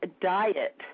diet